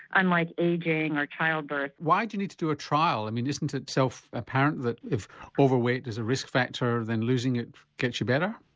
unlike ageing or childbirth. why do you need to do a trial, i mean isn't it self-apparent that if overweight is a risk factor then losing it gets you better?